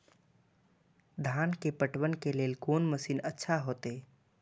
धान के पटवन के लेल कोन मशीन अच्छा होते?